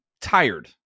tired